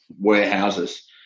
warehouses